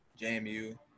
JMU